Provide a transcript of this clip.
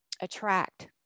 attract